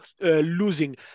losing